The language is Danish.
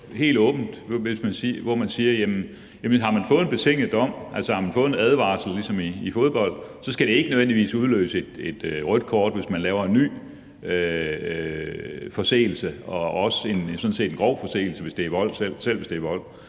helt åbent, hvor man siger: Har man fået en betinget dom – har man fået en advarsel ligesom i fodbold – skal det ikke nødvendigvis udløse et rødt kort, hvis man laver en ny forseelse og sådan set også en grov forseelse, selv hvis det er vold.